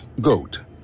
GOAT